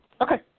Okay